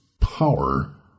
power